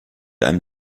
einem